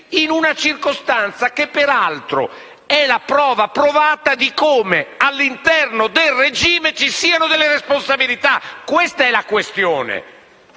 in una circostanza che, peraltro, è la prova provata di come all'interno del regime ci siano delle responsabilità. Questa è la questione.